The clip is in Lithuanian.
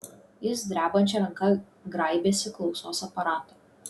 jis drebančia ranka graibėsi klausos aparato